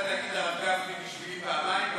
נעשה עסקה: אתה תגיד לרב גפני בשמי פעמיים,